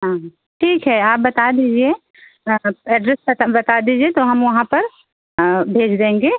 आगे ठीक है आप बता दीजिए एड्रेस पता बता दीजिए तो हम वहाँ पर भेज देंगे